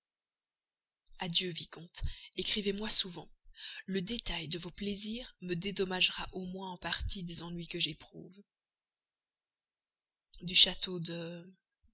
adieu vicomte écrivez-moi souvent le détail de vos plaisirs me dédommagera au moins en partie des ennuis que j'éprouve du château de